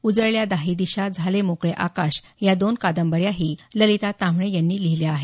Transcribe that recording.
उजळल्या दाही दिशा झाले मोकळे आकाश या दोन कादंबऱ्याही ललिता ताम्हणे यांनी लिहिल्या आहेत